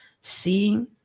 seeing